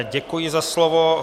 Děkuji za slovo.